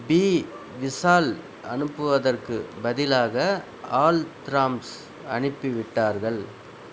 B விசால் அனுப்புவதற்குப் பதிலாக ஹால்திராம்ஸ் அனுப்பிவிட்டார்கள்